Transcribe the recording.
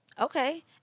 Okay